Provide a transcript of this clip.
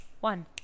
one